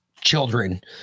children